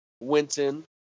Winton